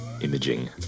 imaging